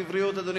אדוני